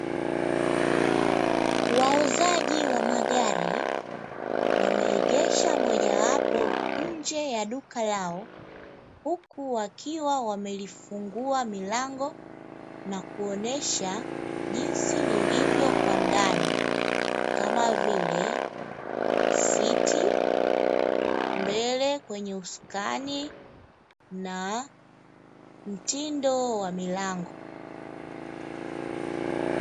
Wauzaji wa magari wameegesha moja wapo nje ya duka lao huku wakiwa wamelifungua milango na kuonesha jinsi lilivyo kwa ndani kama vile: siti, mbele kwenye uskani na mtindo wa milango.